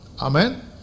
Amen